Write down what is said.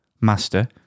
master